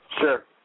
Sure